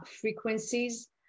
frequencies